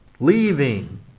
leaving